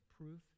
proof